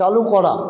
চালু করা